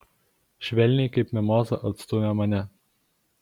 švelniai kaip mimozą atstūmė mane